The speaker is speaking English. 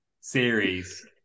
series